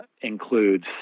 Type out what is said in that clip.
includes